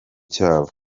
cyabo